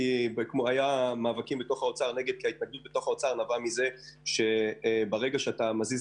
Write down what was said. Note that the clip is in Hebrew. ההתנגדות למאמצי נבעה מזה שברגע שאתה מנסה